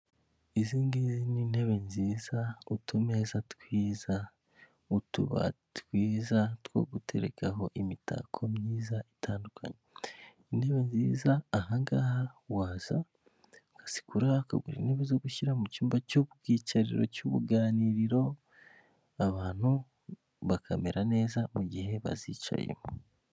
Izi ngizi ni intebe nziza utumeza twiza, utubati twiza two guterekaho imitako myiza itandukanye, intebe nziza aha ngaha waza ukazigura ukagura intebe zo gushyira mu cyumba cyo kubwicaro cy'ubuganiriro abantu bakamera neza mu gihe bazicayemo.